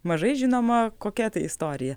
mažai žinoma kokia tai istorija